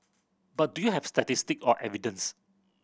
but do you have statistics or evidence